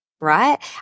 right